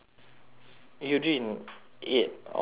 A_U_G in eighth or ninth